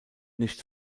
nicht